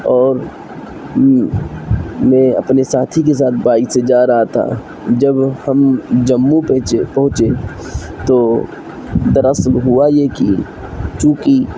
اور میں اپنے ساتھی کے ساتھ بائک سے جا رہا تھا جب ہم جموں پہنچے پہنچے تو در اصل ہوا یہ کہ چوں کہ